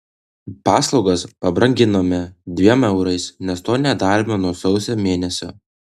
paslaugas pabranginome dviem eurais nes to nedarėme nuo sausio mėnesio